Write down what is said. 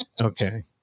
Okay